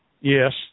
Yes